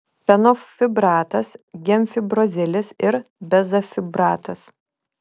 fenofibratas gemfibrozilis ir bezafibratas